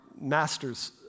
master's